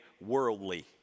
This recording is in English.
worldly